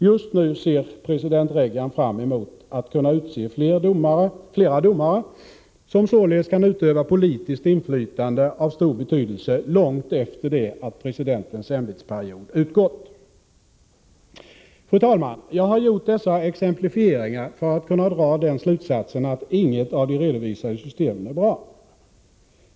Just nu ser president Reagan fram emot att kunna utse flera domare, som således kan utöva politiskt inflytande av stor betydelse långt efter det att presidentens ämbetsperiod utgått. Fru talman! Jag har gjort dessa exemplifieringar för att kunna dra den slutsatsen att inget av de redovisade systemen är bra.